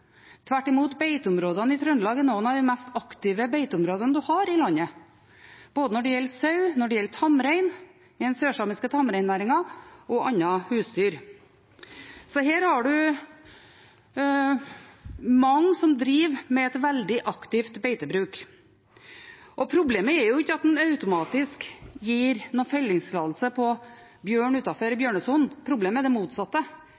tvert imot: Beiteområdene i Trøndelag er noen av de mest aktive beiteområdene en har i landet, både når det gjelder sau, når det gjelder tamrein – den sørsamiske tamreinnæringen – og når det gjelder andre husdyr. Så det er mange som har en veldig aktiv beitebruk. Problemet er jo ikke at en automatisk gir noen fellingstillatelse for bjørn utenfor bjørnesonen; problemet er det motsatte: